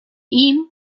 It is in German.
ihm